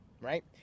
right